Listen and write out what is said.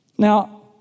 Now